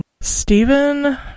Stephen